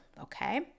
okay